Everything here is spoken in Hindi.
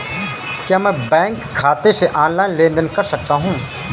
क्या मैं बैंक खाते से ऑनलाइन लेनदेन कर सकता हूं?